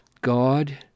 God